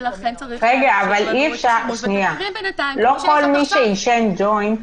ולכן צריך --- שנייה, לא כל מי שעישן ג'וינט